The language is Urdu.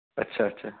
اچھا اچھا